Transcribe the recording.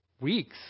weeks